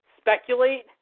speculate